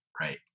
right